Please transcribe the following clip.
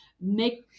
make